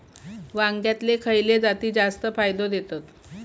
वांग्यातले खयले जाती जास्त फायदो देतत?